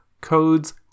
codes